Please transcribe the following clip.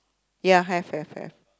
ya have have have